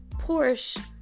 Porsche